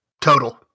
total